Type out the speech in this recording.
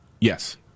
Yes